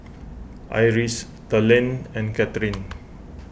Iris Talen and Kathryne